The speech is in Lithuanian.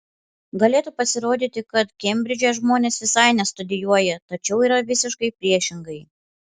galėtų pasirodyti kad kembridže žmonės visai nestudijuoja tačiau yra visiškai priešingai